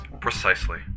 Precisely